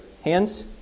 Hands